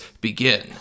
begin